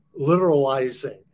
literalizing